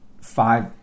Five